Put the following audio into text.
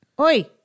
oi